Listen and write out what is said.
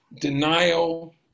denial